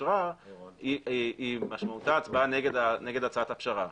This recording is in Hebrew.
תאושרר משמעותה הצבעה נגד הצעת הפשרה.